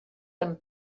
amb